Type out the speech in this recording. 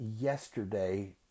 yesterday